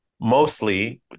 mostly